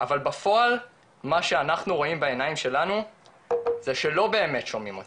אבל בפועל מה שאנחנו רואים בעיניים שלנו זה שלא באמת שומעים אותנו.